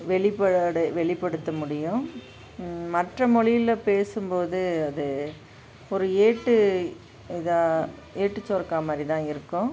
வெளிப்படை வெளிப்படுத்த முடியும் மற்ற மொழில பேசும்போது அது ஒரு ஏட்டு இதாக ஏட்டுச்சுரக்கா மாதிரி தான் இருக்கும்